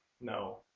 No